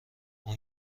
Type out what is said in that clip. اون